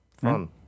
Fun